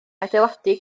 adeiladu